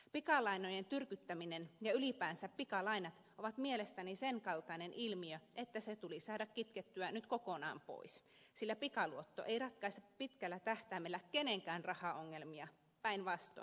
pikalainojen tyrkyttäminen ja ylipäänsä pikalainat ovat mielestäni sen kaltainen ilmiö että se tulisi saada kitkettyä nyt kokonaan pois sillä pikaluotto ei ratkaise pitkällä tähtäimellä kenenkään rahaongelmia päinvastoin